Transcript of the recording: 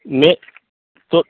மே தோ